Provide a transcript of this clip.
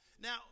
Now